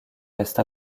reste